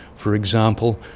for example,